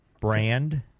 Brand